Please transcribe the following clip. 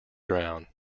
ground